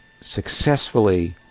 successfully